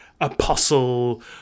apostle